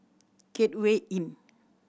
Gateway Inn